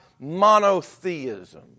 Monotheism